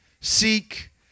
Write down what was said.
seek